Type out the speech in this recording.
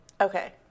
Okay